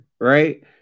right